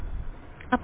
വിദ്യാർത്ഥി അത്